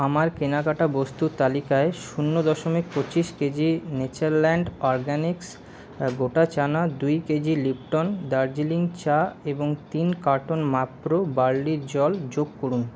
আমার কেনাকাটা বস্তুর তালিকায় শূন্য দশমিক পঁচিশ কেজি নেচারল্যান্ড অরগ্যানিক্স গোটা চানা দুই কেজি লিপ্টন দার্জিলিং চা এবং তিন কার্টুন মাপ্রো বার্লির জল যোগ করুন